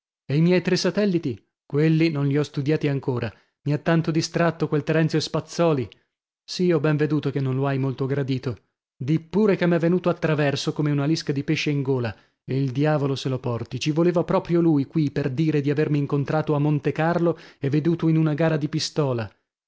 e i miei tre satelliti quelli non li ho studiati ancora mi ha tanto distratto quel terenzio spazzòli sì ho ben veduto che non lo hai molto gradito di pure che m'è venuto a traverso come una lisca di pesce in gola il diavolo se lo porti ci voleva proprio lui qui per dire di avermi incontrato a montecarlo e veduto in una gara di pistola